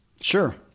Sure